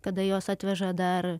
kada jos atveža dar